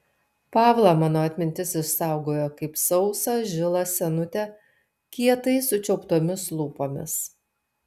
pavlą mano atmintis išsaugojo kaip sausą žilą senutę kietai sučiauptomis lūpomis